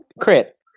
Crit